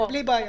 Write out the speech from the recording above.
בלי בעיה